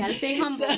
and stay humble.